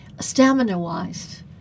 stamina-wise